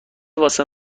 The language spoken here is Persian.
واسه